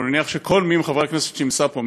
אבל אני מניח שכל מי מחברי הכנסת שנמצא פה,